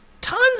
tons